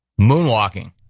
moonwalking.